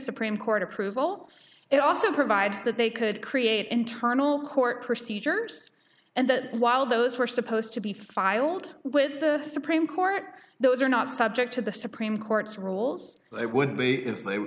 supreme court approval it also provides that they could create internal court procedures and that while those were supposed to be filed with the supreme court those are not subject to the supreme court's rules it would be i